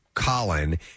Colin